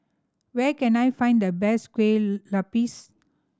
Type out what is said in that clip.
where can I find the best kueh lupis